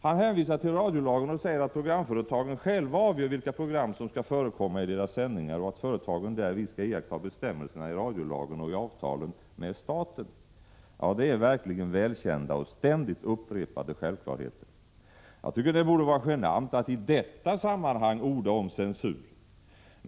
Han hänvisar till radiolagen och säger att programföretagen själva avgör vilka program som skall förekomma i deras sändningar och att företagen därvid skall iaktta bestämmelserna i radiolagen och i avtalen med staten. Det är verkligen välkända och ständigt upprepade självklarheter. Jag tycker det borde vara genant att i detta sammanhang orda om censur.